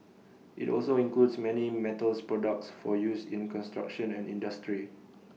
IT also includes many metals products for use in construction and industry